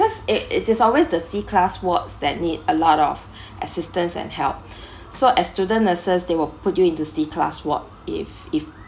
it it just always the C class wards that need a lot of assistance and help so as student nurses they will put you into C class ward if if